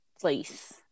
place